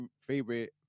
favorite